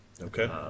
okay